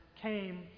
came